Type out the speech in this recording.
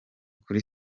kuri